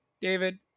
David